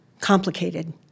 Complicated